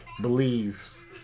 beliefs